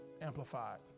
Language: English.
amplified